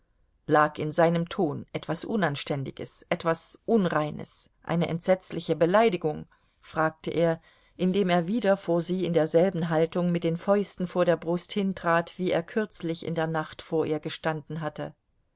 lag in seinem ton etwas unanständiges etwas unreines eine entsetzliche beleidigung fragte er indem er wieder vor sie in derselben haltung mit den fäusten vor der brust hintrat wie er kürzlich in der nacht vor ihr gestanden hatte